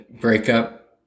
breakup